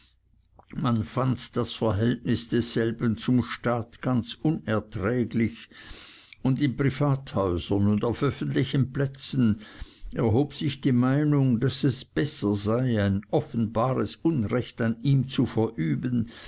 man fand das verhältnis desselben zum staat ganz unerträglich und in privathäusern und auf öffentlichen plätzen erhob sich die meinung daß es besser sei ein offenbares unrecht an ihm zu verüben